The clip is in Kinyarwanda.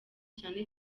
cyane